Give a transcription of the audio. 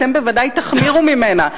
ואתם ודאי תחמירו את מסקנותיכם לעומתה.